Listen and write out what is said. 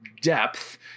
depth